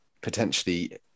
potentially